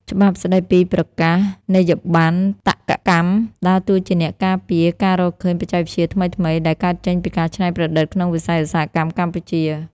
ច្បាប់ស្ដីពីប្រកាសនីយបត្រតក្កកម្ម ដើរតួជាអ្នកការពារការរកឃើញបច្ចេកវិទ្យាថ្មីៗ ដែលកើតចេញពីការច្នៃប្រឌិតក្នុងវិស័យឧស្សាហកម្មកម្ពុជា។